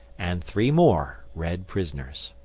and three more red prisoners.